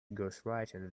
ghostwriting